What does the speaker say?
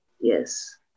Yes